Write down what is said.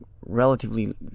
relatively